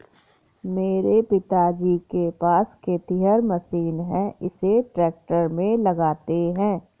मेरे पिताजी के पास खेतिहर मशीन है इसे ट्रैक्टर में लगाते है